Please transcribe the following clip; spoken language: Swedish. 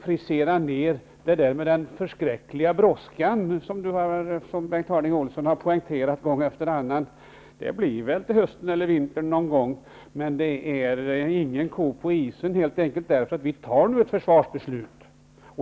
frisera uttalandet om den förskräckliga brådskan, som han har poängterat gång efter annan. Det sker väl till hösten eller vintern. Men det är ingen ko på isen, helt enkelt för att ett försvarsbeslut nu skall fattas.